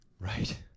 Right